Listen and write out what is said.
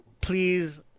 please